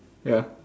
ya